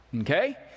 okay